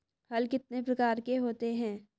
हल कितने प्रकार के होते हैं?